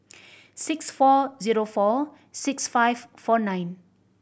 six four zero four six five four nine